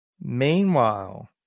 Meanwhile